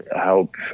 help